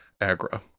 agra